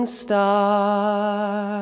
star